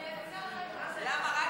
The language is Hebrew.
הוא יצא רגע, למה?